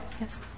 Yes